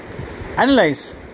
analyze